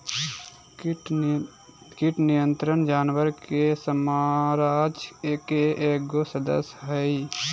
कीट नियंत्रण जानवर के साम्राज्य के एगो सदस्य हइ